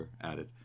added